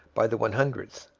by the one hundredth,